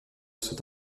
sont